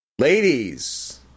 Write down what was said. Ladies